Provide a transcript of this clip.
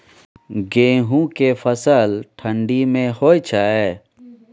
गेहूं के फसल ठंडी मे होय छै?